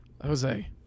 Jose